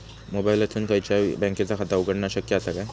मोबाईलातसून खयच्याई बँकेचा खाता उघडणा शक्य असा काय?